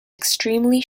extremely